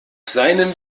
seinen